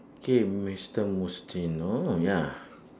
K mister mustino ya